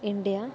India